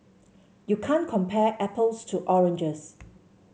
you can't compare apples to oranges